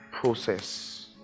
process